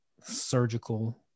surgical